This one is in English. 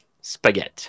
spaghetti